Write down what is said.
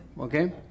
okay